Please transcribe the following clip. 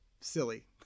silly